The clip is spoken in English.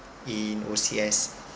in O_C_S